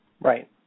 Right